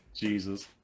Jesus